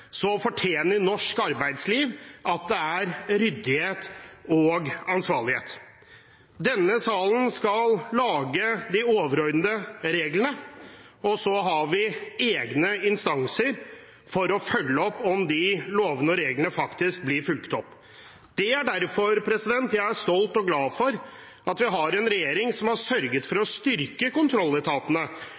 norsk arbeidsliv fortjener ryddighet og ansvarlighet. Denne salen skal lage de overordnede reglene, og så har vi egne instanser for å følge opp at lovene og reglene faktisk blir fulgt opp. Derfor er jeg stolt over og glad for at vi har en regjering som har sørget for å styrke kontrolletatene,